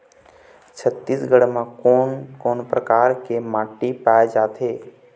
छत्तीसगढ़ म कोन कौन प्रकार के माटी पाए जाथे?